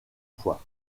fois